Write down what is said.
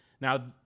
Now